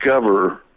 discover